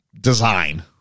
design